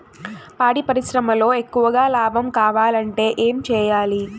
పాడి పరిశ్రమలో ఎక్కువగా లాభం కావాలంటే ఏం చేయాలి?